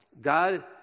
God